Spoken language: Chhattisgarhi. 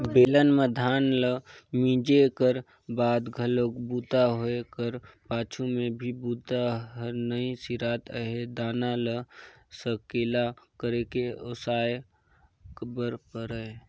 बेलन म धान ल मिंजे कर बाद घलोक बूता होए कर पाछू में भी बूता हर नइ सिरात रहें दाना ल सकेला करके ओसाय बर परय